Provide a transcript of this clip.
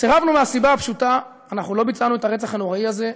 סירבנו מהסיבה הפשוטה: אנחנו לא ביצענו את הרצח הנורא הזה,